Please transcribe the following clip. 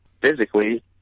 physically